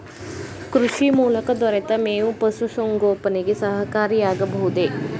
ಕೃಷಿ ಮೂಲಕ ದೊರೆತ ಮೇವು ಪಶುಸಂಗೋಪನೆಗೆ ಸಹಕಾರಿಯಾಗಬಹುದೇ?